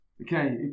Okay